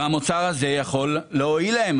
והמוצר הזה יכול להועיל להם.